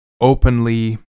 openly